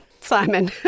Simon